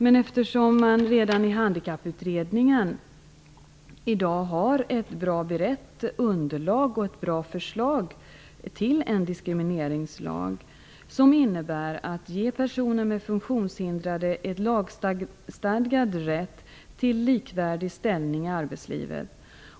Men det finns redan i Handikapputredningen ett bra berett underlag och ett bra förslag till en diskrimineringslag. Det innebär att personer med funktionshinder skall ges en lagstadgad rätt till en likvärdig ställning i arbetslivet.